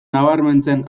nabarmentzen